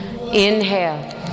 inhale